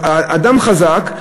אדם חזק,